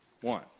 One